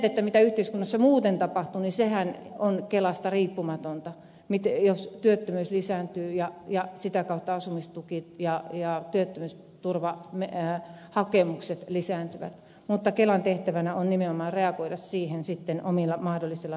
sehän mitä yhteiskunnassa muuten tapahtuu on kelasta riippumatonta eli se jos työttömyys lisääntyy ja sitä kautta asumistuki ja työttömyysturvahakemukset lisääntyvät mutta kelan tehtävänä on nimenomaan reagoida siihen sitten omilla mahdollisilla toiminnoillaan